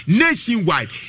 nationwide